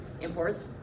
imports